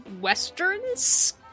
westerns